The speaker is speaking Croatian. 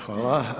Hvala.